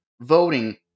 voting